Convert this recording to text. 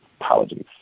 apologies